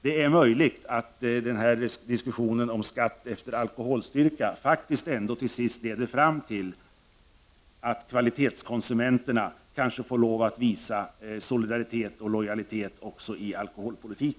Det är möjligt att diskussionen om skatt efter alkoholstyrka ändå till sist leder fram till att konsumenterna av kvalitetsviner kanske får lov att visa solidaritet och lojalitet mot riksdagens alkoholpolitik.